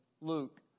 Luke